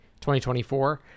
2024